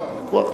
אין ויכוח.